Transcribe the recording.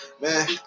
Man